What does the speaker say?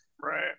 right